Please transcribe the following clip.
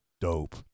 dope